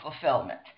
fulfillment